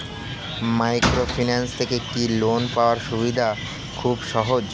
Microfinance থেকে কি loan পাওয়ার সুবিধা খুব সহজ?